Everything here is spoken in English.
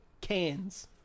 cans